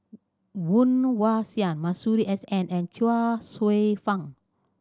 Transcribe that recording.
Woon Wah Siang Masuri S N and Chuang Hsueh Fang